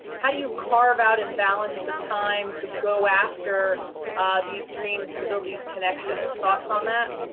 how do you carve out and balance the time to go after these dreams to build these connections? thoughts on that?